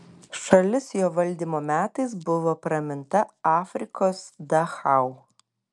šalis jo valdymo metais buvo praminta afrikos dachau